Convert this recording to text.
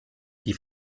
die